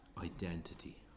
identity